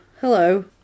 hello